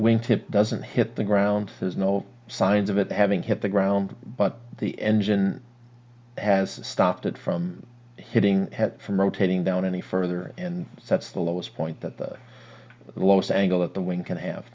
wing tip doesn't hit the ground there's no signs of it having hit the ground but the engine has stopped it from hitting from rotating down any further and that's the lowest point that the lowest angle of the wing can have